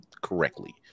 correctly